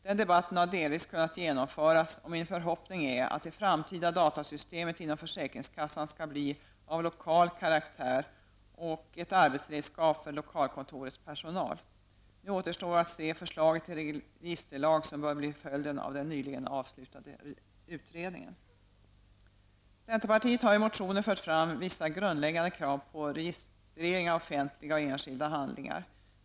Den debatten har delvis kunnat genomföras, och min förhoppning är att det framtida datasystemet inom försäkringskassan skall bli av lokal karaktär och ett arbetsredskap för lokalkontorets personal. Nu återstår att se det förslag till registerlag som bör bli följden av den nyligen avslutade utredningen. Centerpartiet har i motioner fört fram vissa grundläggande krav på registrering av offentliga och enskilda handlingar.